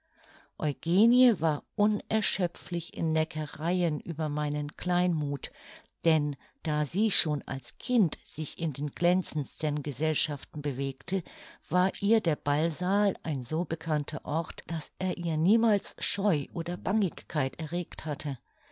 eugenie war unerschöpflich in neckereien über meinen kleinmuth denn da sie schon als kind sich in den glänzendsten gesellschaften bewegte war ihr der ballsaal ein so bekannter ort daß er ihr niemals scheu oder bangigkeit erregt hatte